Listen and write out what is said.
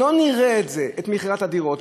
לא נראה את מכירת הדירות,